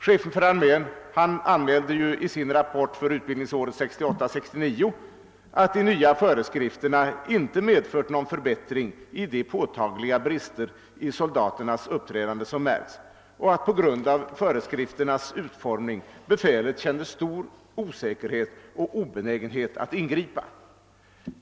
Chefen för armén anmälde i sin rapport för utbildningsåret 1968/69 att de nya föreskrifterna inte medfört någon förbättring i de påtagliga bristerna i soldaternas uppträdande och att befälet på grund av föreskrifternas utformning kände stor osäkerhet och obenägenhet att ingripa.